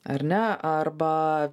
ar ne arba